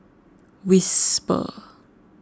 Whisper